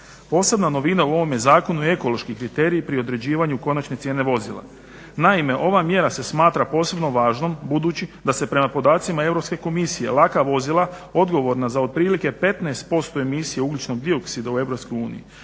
Posebna novina u ovome zakonu je ekološki kriterij pri određivanju konačne cijene vozila. Naime, ova mjera se smatra posebno važnom budući da se prema podacima Europske komisije laka vozila odgovorna za otprilike 15% emisije ugljičnog dioksida u